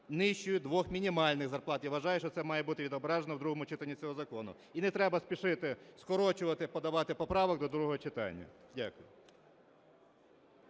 нижчою двох мінімальних зарплат. Я вважаю, що це має бути відображено в другому читанні цього закону. І не треба спішити скорочувати, подавати поправок до другого читання. Дякую.